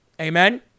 Amen